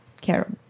care